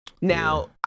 now